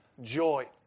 Joy